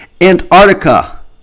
Antarctica